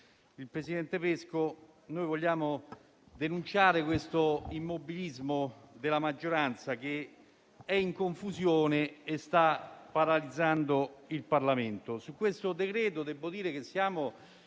il presidente Pesco, noi vogliamo denunciare l'immobilismo della maggioranza, che è in confusione e sta paralizzando il Parlamento. Su questo provvedimento debbo dire che siamo